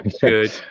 Good